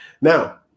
Now